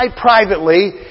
privately